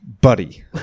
Buddy